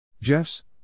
Jeff's